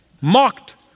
mocked